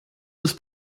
was